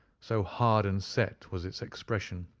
so hard and set was its expression,